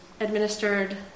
administered